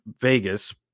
Vegas